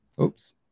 Oops